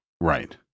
Right